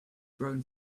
grown